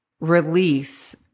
release